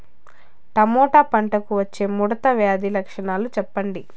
Tomato పంటకు వచ్చే ముడత వ్యాధి లక్షణాలు చెప్పండి?